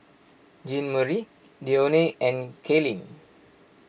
Jeanmarie Dione and Kailyn